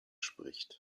spricht